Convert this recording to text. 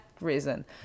reason